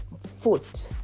foot